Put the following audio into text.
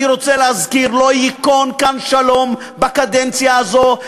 אני רוצה להזכיר: לא ייכון כאן שלום בקדנציה הזאת,